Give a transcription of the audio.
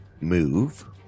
move